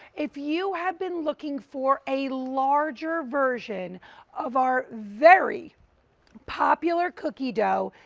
if you had been looking for a larger version of our very popular cookie dough,